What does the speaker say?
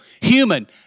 human